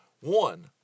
One